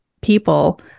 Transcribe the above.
people